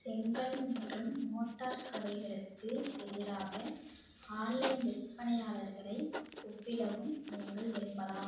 செங்கல் மற்றும் மோட்டார் கடைகளுக்கு எதிராக ஆன்லைன் விற்பனையாளர்களை ஒப்பிடவும் நீங்கள் விரும்பலாம்